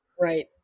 right